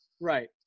Right